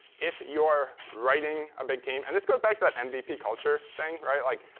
if you're writing a big team and this goes back to that and mvp culture thing. right? like,